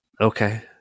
Okay